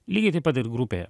lygiai taip pat ir grupėje